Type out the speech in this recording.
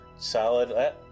Solid